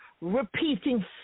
repeating